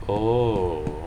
oh